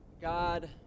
God